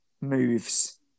moves